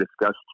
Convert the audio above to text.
discussed